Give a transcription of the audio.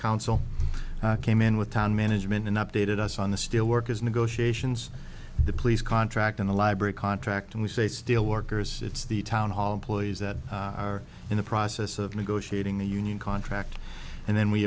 council came in with town management and updated us on the steelworkers negotiations the police contract and a library contract and we say steelworkers it's the town hall employees that are in the process of negotiating the union contract and then we